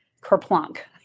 kerplunk